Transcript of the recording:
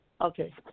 Okay